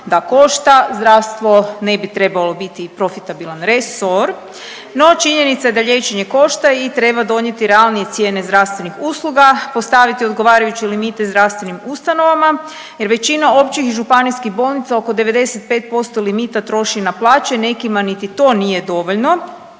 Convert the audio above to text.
da košta zdravstvo ne bi trebalo biti profitabilan resor, no činjenica je da liječenje košta i treba donijeti realnije cijene zdravstvenih usluga, postaviti odgovarajuće limite zdravstvenim ustanovama jer većina općih i županijskih bolnica oko 95% limita troši na plaće, nekima niti to nije dovoljno,